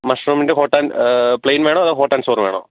മഷ്റൂമിൻ്റെ hot and plain വേണോ അതോ ഹോട്ടൽ സോർ വേണോ